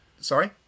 sorry